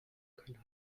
können